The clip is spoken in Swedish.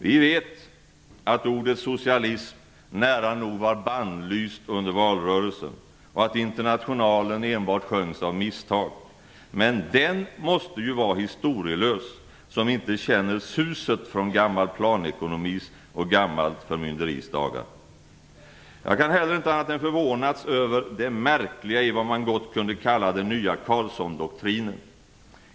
Vi vet att ordet socialism nära nog var bannlyst under valrörelsen och att Internationalen enbart sjöngs av misstag, men den måste ju vara historielös som inte känner suset från gammal planekonomis och gammalt förmynderis dagar. Jag kan inte heller annat än förvånas över det märkliga i vad man gott kunde kalla den nya Carlssondoktrinen.